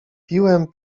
piłem